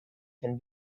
can